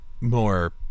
more